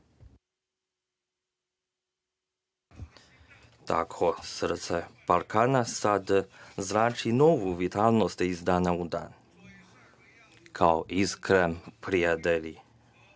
Takvo srce Balkana sad zrači novu vitalnost iz dana u dan, kao iskren prijatelj